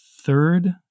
third